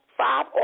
Five